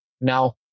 Now